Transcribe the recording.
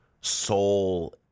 soul